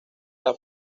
las